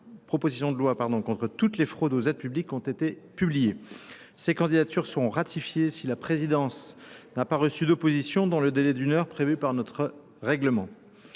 proposition de loi contre toutes les fraudes aux aides publiques ont été publiées. Ces candidatures seront ratifiées si la présidence n'a pas reçu d'opposition dans le délai d'une heure prévu par notre règlement.